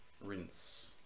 rinse